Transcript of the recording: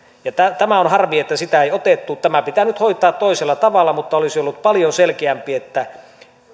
on harmi että sitä ei otettu tämä pitää nyt hoitaa toisella tavalla mutta olisi ollut paljon selkeämpi että